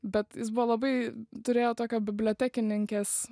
bet jis buvo labai turėjo tokio bibliotekininkės